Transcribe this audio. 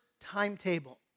timetable